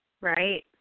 right